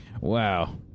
Wow